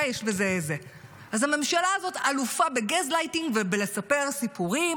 אז הממשלה הזאת אלופה בגזלייטינג ובלספר סיפורים